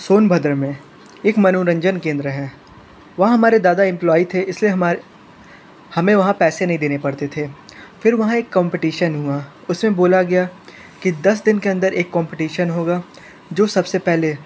सोनभद्र में एक मनोरंजन केंद्र है वहाँ हमारे दादा इम्प्लॉयी थे इसलिए हमार हमें वहाँ पैसे नहीं देने पड़ते थे फिर वहाँ एक कम्पिटिशन हुआ उसमें बोला गया कि दस दिन के अंदर एक कम्पिटिशन होगा जो सबसे पहले